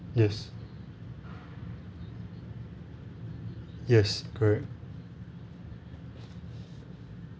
yes yes correct